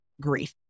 grief